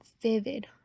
vivid